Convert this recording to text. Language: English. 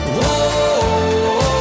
Whoa